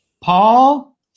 Paul